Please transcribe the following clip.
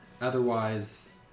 Otherwise